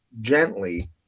gently